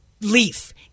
leaf